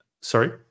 Sorry